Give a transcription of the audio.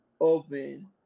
open